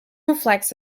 reflects